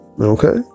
Okay